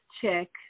check